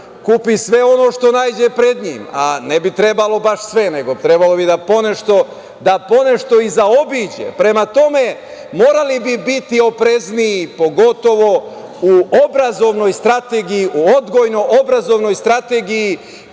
kupi sve ono što naiđe pred njim, a ne bi trebalo baš sve, nego trebalo bi da ponešto i zaobiđe. Prema tome, morali bi biti oprezniji, pogotovo u obrazovnoj strategiji, u odgojno obrazovnoj strategiji